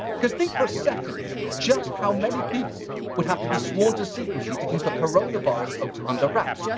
cause think for a second just how many people would have to be sworn to secrecy to keep a coronavirus hoax under wraps.